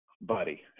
buddy